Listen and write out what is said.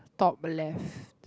top left